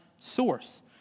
source